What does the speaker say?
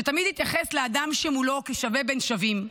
שתמיד התייחס לאדם שמולו כשווה בין שווים,